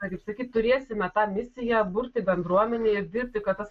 kaip sakyt turėsime tą misiją burti bendruomenę ir dirbti kad tas